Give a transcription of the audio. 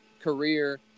career